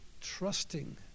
trusting